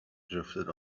drifted